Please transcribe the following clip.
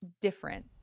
different